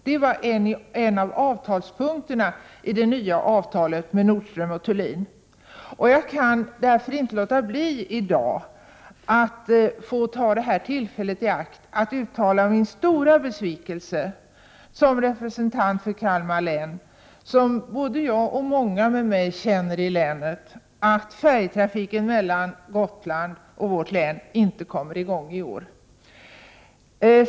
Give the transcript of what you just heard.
Detta var en av punkterna i det nya avtalet med Nordström & Thulin, och jag kan därför inte låta bli att ta tillfället i akt att som representant för Kalmar län uttala den stora besvikelse som jag och många med mig känner över att turisttrafiken mellan Gotland och vårt län inte kommer i gång i år.